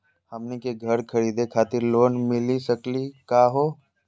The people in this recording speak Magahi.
हमनी के घर खरीदै खातिर लोन मिली सकली का हो?